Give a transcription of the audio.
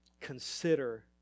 Consider